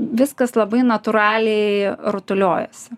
viskas labai natūraliai rutuliojosi